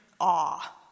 awe